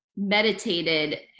meditated